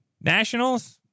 Nationals